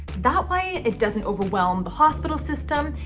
that way it doesn't overwhelm the hospital system,